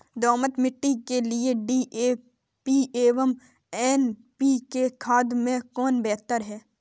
दोमट मिट्टी के लिए डी.ए.पी एवं एन.पी.के खाद में कौन बेहतर है?